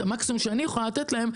את המקסימום שאני יכולה לתת להם,